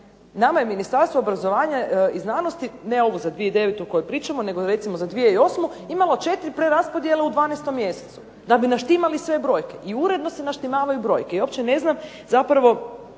Nama je Ministarstvo obrazovanja i znanosti, ne za ovu 2009. o kojoj pričamo, nego recimo za 2008. imalo 4 preraspodjele u 12. mjesecu da bi naštimalo sve brojke, i uredno se naštimavaju brojke i uopće ne znam zašto